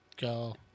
go